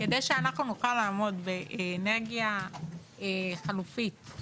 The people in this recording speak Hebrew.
כדי שנוכל לעמוד באנרגיה חלופית,